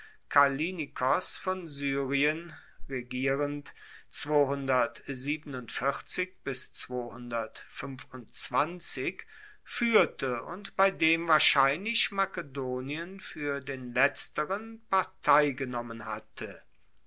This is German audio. kallinikos von syrien regieren fuehrte und bei dem wahrscheinlich makedonien fuer den letztern partei genommen hatte